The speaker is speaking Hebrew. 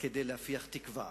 כדי להפיח תקווה